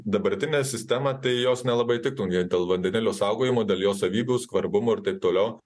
dabartinę sistemą tai jos nelabai tiktų vien dėl vandenilio saugojimo dėl jo savybių skvarbumo ir taip toliau